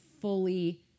fully